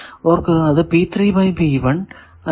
ഓർക്കുക അത് അല്ല